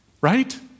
right